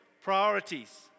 priorities